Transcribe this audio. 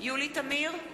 יולי תמיר,